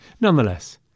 Nonetheless